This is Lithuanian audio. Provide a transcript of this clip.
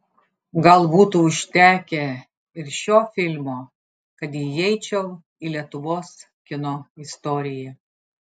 gal būtų užtekę ir šio filmo kad įeičiau į lietuvos kino istoriją